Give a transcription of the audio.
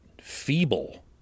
feeble